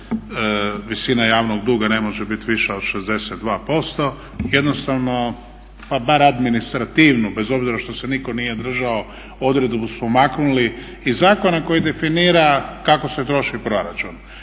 visina javnog duga ne može biti viša od 62%, jednostavno pa bar administrativno bez obzira što se nitko nije držao odredbu smo maknuli iz zakona koji definira kako se troši proračun.